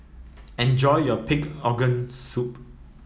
enjoy your Pig Organ Soup